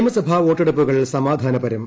നിയമസഭാ വോളട്ടുപ്പുകൾ സമാധാനപരം